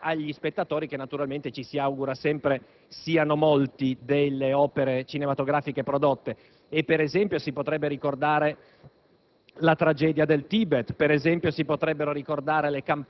agli spettatori (che naturalmente ci si augura sempre siano molti) delle opere cinematografiche prodotte: si potrebbero, ad